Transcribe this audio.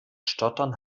stottern